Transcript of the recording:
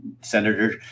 senator